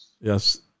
Yes